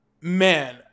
man